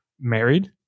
married